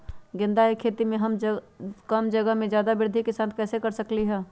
गेंदा के खेती हम कम जगह में ज्यादा वृद्धि के साथ कैसे कर सकली ह?